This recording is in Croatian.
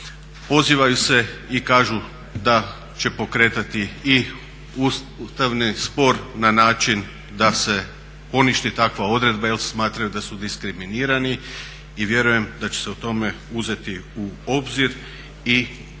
pozivaju se i kažu da će pokretati i ustavni spor na način da se poništi takva odredba jer smatraju da su diskriminirani i vjerujem da će se to uzeti u obzir i vrednovati